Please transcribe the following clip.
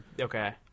okay